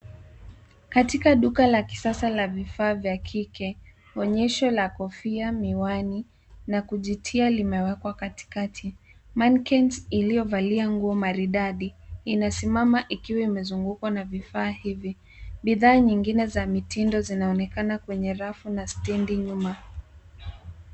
Katika duka la kisasa la vifaa vya kike, onyesho la kofia, miwani na kujitia limewekwa katikati. Manequinns iliyovalia nguo maridadi, imesimama ikiwa imezungukwa na vifaa hivi. Bidhaa zingine za mitindo zinaonekana kwenye rafu na stendi nyuma.